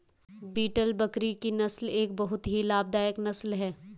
beetle बकरी की नस्ल एक बहुत ही लाभदायक नस्ल है